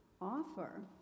offer